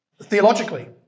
Theologically